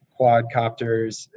quadcopters